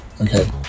okay